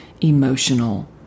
emotional